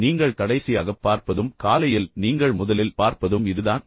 எனவே நீங்கள் கடைசியாகப் பார்ப்பதும் காலையில் நீங்கள் முதலில் பார்ப்பதும் இதுதான்